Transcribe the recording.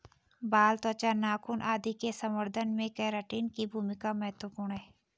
बाल, त्वचा, नाखून आदि के संवर्धन में केराटिन की भूमिका महत्त्वपूर्ण है